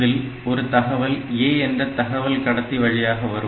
இதில் ஒரு தகவல் A என்ற தகவல் கடத்தி வழியாக வரும்